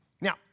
Now